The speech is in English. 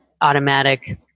automatic